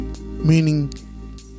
Meaning